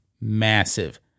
massive